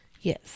yes